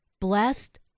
blessed